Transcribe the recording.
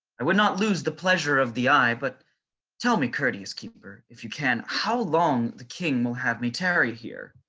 i would not lose the pleasure of the eye. but tell me courteous keeper, if you can, how long the king will have me tarry here.